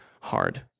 hard